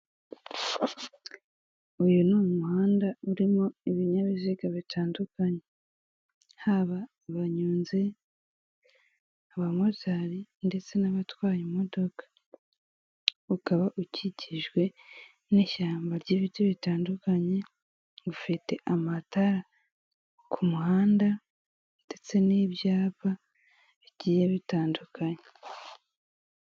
Uyu n'umuhanda urimo ibinyabiziga bitandukanye, yaba abanyonzi, abamotari ndetse n'abatwaye imodoka. Ukaba ukikijwe n'ishyamba ry'ibiti bitandukanye, ufite amatara ku muhanda, ndetse n'ibyapa bigiye bitandukanye.